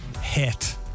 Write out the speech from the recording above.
Hit